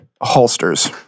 holsters